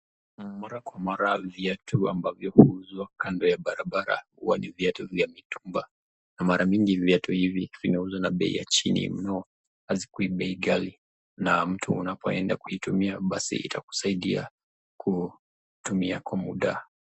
Mara kwa mara viatu ambavyo huuzwa kando ya barabara huwa ni viatu vya mitumba. Mara mingi viatu hivi vinauzwa na bei ya chini mno hazikuwi bei ghali na mtu unapoenda kuitumia basi itakusaidia kutumia kwa muda.